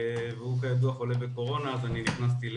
הוא כידוע, חולה בקורונה, אז אני נכנסתי לבידוד.